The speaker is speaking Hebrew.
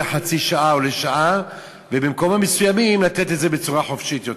לחצי שעה או לשעה ובמקומות מסוימים לתת את זה בצורה חופשית יותר.